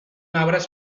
arbres